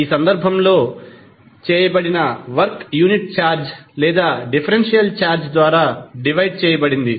ఈ సందర్భం లో చేయబడిన వర్క్ యూనిట్ ఛార్జ్ లేదా డిఫరెన్షియల్ ఛార్జ్ ద్వారా డివైడ్ చేయబడింది